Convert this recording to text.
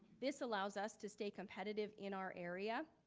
this allows us to stay competitive in our area.